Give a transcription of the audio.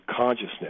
consciousness